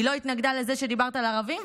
היא לא התנגדה לזה שדיברת על ערבים,